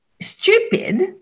stupid